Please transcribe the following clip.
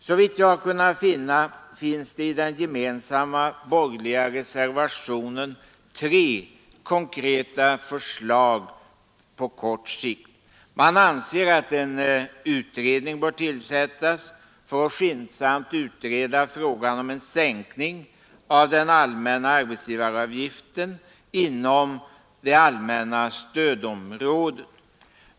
Såvitt jag har kunnat finna finns det i den gemensamma borgerliga reservationen tre konkreta förslag på kort sikt. Man anser för det första att en utredning bör tillsättas för att skyndsamt utreda frågan om en sänkning av den allmänna arbetsgivaravgiften inom det allmänna stödområdet.